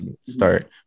start